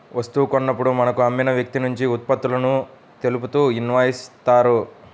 వస్తువు కొన్నప్పుడు మనకు అమ్మిన వ్యక్తినుంచి ఉత్పత్తులను తెలుపుతూ ఇన్వాయిస్ ఇత్తారు